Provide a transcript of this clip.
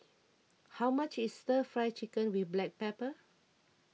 how much is Stir Fry Chicken with Black Pepper